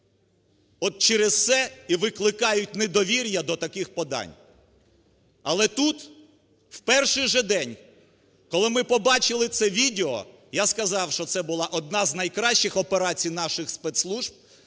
от через це і викликають недовір'я до таких подань. Але тут в перший же день, коли ми побачили це відео, я сказав, що це була одна з найкращих операцій наших спецслужб